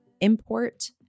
import